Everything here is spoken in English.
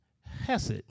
hesed